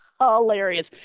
hilarious